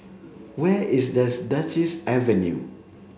where is thus Duchess Avenue